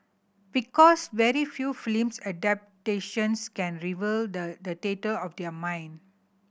because very few film adaptations can rival the the theatre of their mind